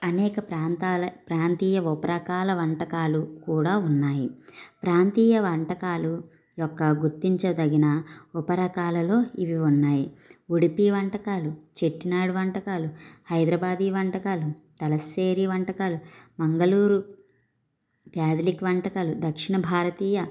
అనేకప్రాంతాల ప్రాంతీయ ఉపరకాల వంటకాలు కూడా ఉన్నాయి ప్రాంతీయ వంటకాలు యొక్క గుర్తించదగిన ఉపరకాలలో ఇవి ఉన్నాయి ఉడుపి వంటకాలు చెట్టినాడు వంటకాలు హైదరాబాది వంటకాలు తలస్సేరి వంటకాలు మంగళూరు కేథలిక్ వంటకాలు దక్షిణ భారతీయ